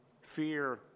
fear